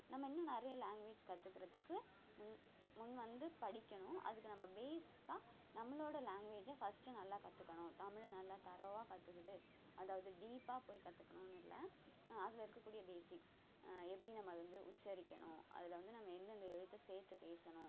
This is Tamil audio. நம்ம இன்னும் நிறைய லாங்குவேஜ் கற்றுக்கறத்துக்கு முன் முன் வந்து படிக்கணும் அதுக்கு நம்ம பேஸிக்காக நம்மளோடய லாங்குவேஜை ஃபஸ்ட்டு நல்லா கற்றுக்கணும் தமிழை நல்ல தரோவாக கற்றுக்கிட்டு அதாவது டீப்பாக போய் கற்றுக்கணுன்னு இல்லை அதில் இருக்கக்கூடிய பேசிக்ஸ் எப்படி நம்ம அதை வந்து உச்சரிக்கணும் அதில் வந்து நம்ம எந்தெந்த எழுத்து சேர்த்து பேசணும்